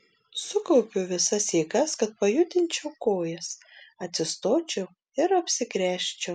sukaupiu visas jėgas kad pajudinčiau kojas atsistočiau ir apsigręžčiau